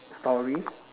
stories